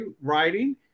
writing